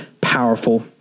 powerful